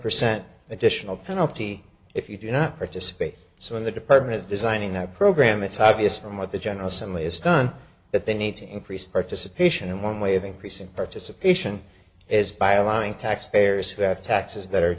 percent additional penalty if you do not participate so in the department designing that program it's obvious from what the general assembly has done that they need to increase participation and one way of increasing participation is by a line tax payers who have taxes